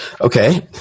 Okay